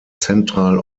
zentral